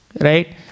right